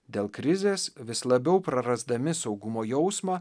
dėl krizės vis labiau prarasdami saugumo jausmą